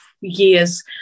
years